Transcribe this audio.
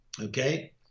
Okay